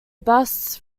bass